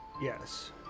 Yes